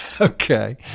Okay